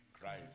Christ